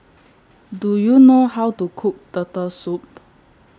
Do YOU know How to Cook Turtle Soup